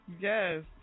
Yes